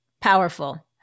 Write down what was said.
Powerful